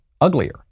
uglier